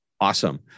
Awesome